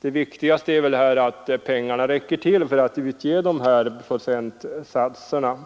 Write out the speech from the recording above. det viktigaste är ändå att pengarna räcker till för att utge de aktuella procentsatserna.